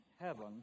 heaven